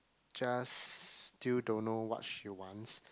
just still don't know what she wants